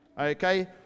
Okay